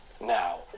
Now